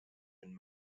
been